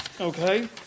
Okay